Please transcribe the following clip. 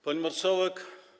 Pani Marszałek!